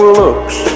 looks